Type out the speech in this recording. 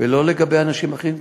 ולא לגבי אנשים אחרים,